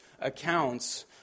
accounts